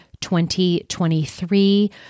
2023